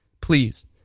please